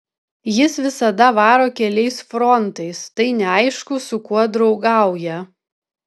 jis visada varo keliais frontais tai neaišku su kuo draugauja